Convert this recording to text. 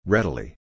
Readily